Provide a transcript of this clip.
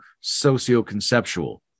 socio-conceptual